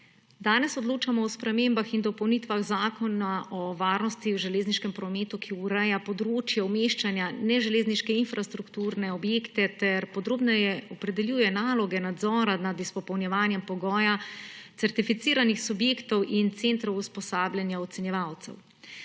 Danes odločamo o spremembah in dopolnitvah Zakona o varnosti v železniškem prometu, ki ureja področje umeščanja neželezniških infrastrukturnih objektov ter podrobneje opredeljuje naloge nadzora nad izpolnjevanjem pogoja certificiranih subjektov in centrov usposabljanja ocenjevalcev.